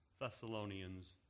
Thessalonians